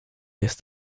jest